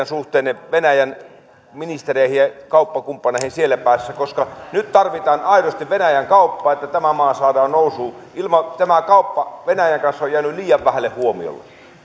suhteenne venäjän ministereihin ja kauppakumppaneihin siellä päässä nyt tarvitaan aidosti venäjän kauppaa että tämä maa saadaan nousuun tämä kauppa venäjän kanssa on jäänyt liian vähälle huomiolle